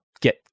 get